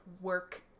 work